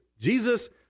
Jesus